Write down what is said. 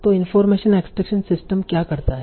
तो information extraction system क्या करता है